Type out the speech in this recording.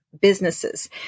businesses